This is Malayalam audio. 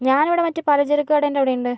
ഞാനിവിടെ മറ്റേ പലചരക്ക് കടേൻ്റെ അവിടെ ഉണ്ട്